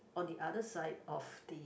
on the other side of the